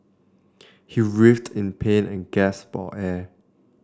he writhed in pain and gasped for air